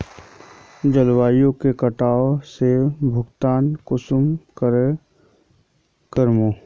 जलवायु के कटाव से भुगतान कुंसम करूम?